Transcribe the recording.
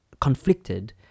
conflicted